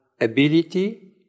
ability